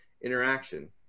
interaction